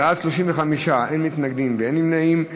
בעד, 35, אין מתנגדים ואין נמנעים.